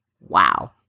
wow